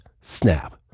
snap